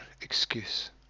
excuse